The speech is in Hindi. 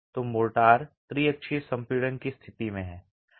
तो मोर्टार त्रिअक्षीय संपीड़न की स्थिति में है